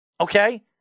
Okay